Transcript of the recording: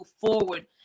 forward